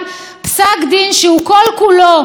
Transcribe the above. והקדישו כמה משפטים כדי